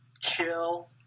Chill